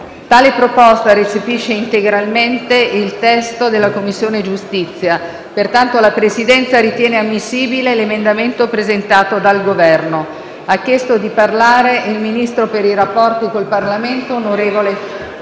Tale proposta recepisce integralmente il testo della Commissione giustizia, pertanto la Presidenza ritiene ammissibile l'emendamento presentato dal Governo. Ha chiesto di intervenire il ministro per i rapporti con il Parlamento e la